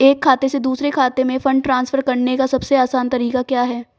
एक खाते से दूसरे खाते में फंड ट्रांसफर करने का सबसे आसान तरीका क्या है?